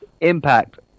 Impact